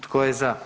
Tko je za?